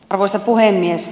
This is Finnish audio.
arvoisa puhemies